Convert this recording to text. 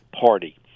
party